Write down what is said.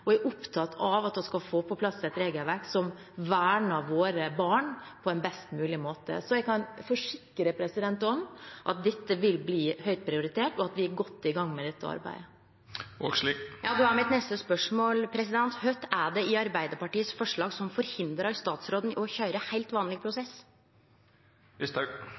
og jeg er opptatt av at vi skal få på plass et regelverk som verner våre barn på en best mulig måte. Så jeg kan forsikre om at dette vil bli høyt prioritert, og at vi er godt i gang med dette arbeidet. Då er mitt neste spørsmål: Kva er det i forslaget frå Arbeidarpartiet som forhindrar statsråden frå å køyre heilt vanleg prosess?